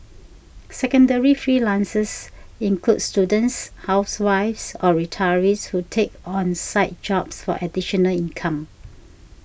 secondary freelancers include students housewives or retirees who take on side jobs for additional income